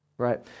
right